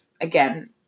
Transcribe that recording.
again